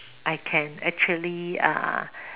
I can actually uh